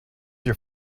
your